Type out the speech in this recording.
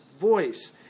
voice